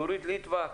נורית ליטבק?